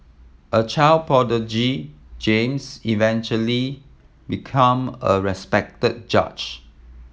a child prodigy James eventually become a respected judge